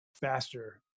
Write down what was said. faster